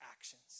actions